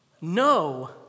No